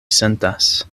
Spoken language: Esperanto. sentas